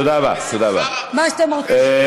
השרה, בדמוקרטיה, מה שאתם רוצים.